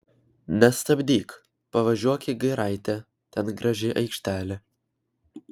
nestabdyk pavažiuok į giraitę ten graži aikštelė